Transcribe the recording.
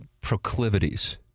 proclivities